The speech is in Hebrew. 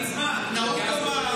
זו לא.